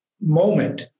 moment